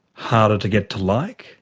harder to get to like.